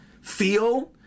feel